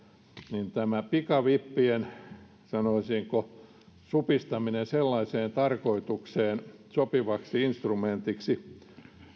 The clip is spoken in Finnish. niin tämä pikavippien sanoisinko supistaminen sellaiseen tarkoitukseen sopivaksi instrumentiksi